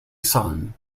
son